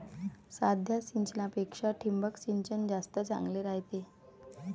साध्या सिंचनापेक्षा ठिबक सिंचन जास्त चांगले रायते